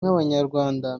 nk’abanyarwanda